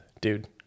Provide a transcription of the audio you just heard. dude